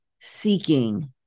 seeking